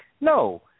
No